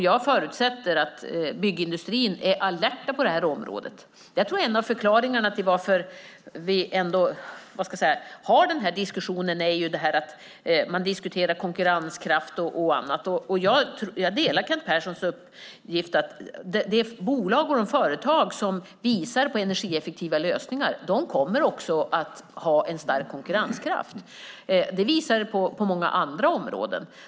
Jag förutsätter att byggindustrin är alert på det här området. Jag tror att en av förklaringarna till att vi ändå har den här diskussionen just är att man diskuterar exempelvis konkurrenskraft. Jag instämmer med Kent Persson om uppgiften att bolag och företag som visar på energieffektiva lösningar kommer att ha en stark konkurrenskraft. Det framgår på många andra områden.